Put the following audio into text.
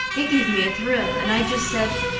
it gave me a thrill and i just said,